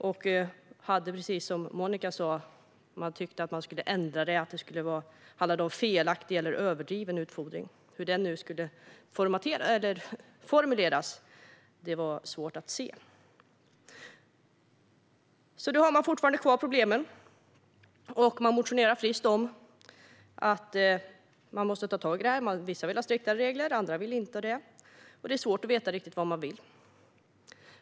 Som Monica Haider sa tyckte man att man skulle ändra det och att det handlade om felaktig eller överdriven utfodring. Hur det skulle formuleras var svårt att se. Man har då fortfarande kvar problemen. Det motioneras friskt om att man måste ta tag i det här. Vissa vill ha striktare regler, andra inte. Det är svårt att riktigt veta vad man vill.